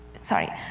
sorry